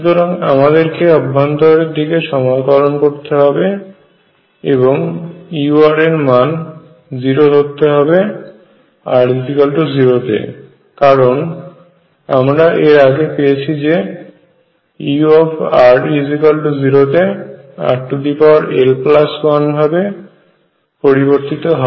সুতরাং আমাদেরকে অভ্যন্তরের দিকে সমাকলন করতে হবে এবং u এর মান 0 ধরতে হবে r0 তে কারণ আমরা এর আগে পেয়েছি যে ur0 তে rl1 ভাবে পরিবর্তীত হয়